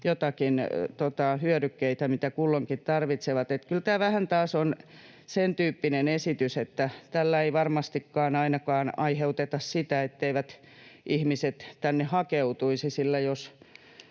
joitakin hyödykkeitä, mitä kulloinkin tarvitsevat. Kyllä tämä vähän on taas sen tyyppinen esitys, että tällä ei varmastikaan ainakaan aiheuteta sitä, etteivät ihmiset tänne hakeutuisi — sillä jos